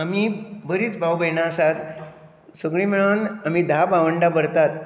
आमी बरींच भाव भयणां आसात सगळीं मेळून आमी धा भावंडा भरतात